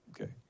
Okay